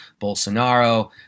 Bolsonaro